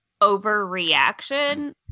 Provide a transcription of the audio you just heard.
overreaction